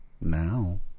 Now